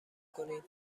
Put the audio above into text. کنید